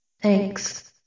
Thanks